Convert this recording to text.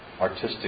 artistic